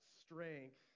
strength